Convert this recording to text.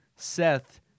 Seth